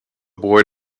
boy